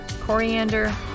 coriander